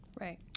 right